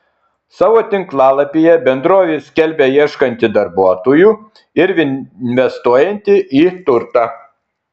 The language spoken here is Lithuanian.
savo tinklalapyje bendrovė skelbia ieškanti darbuotojų ir investuojanti į turtą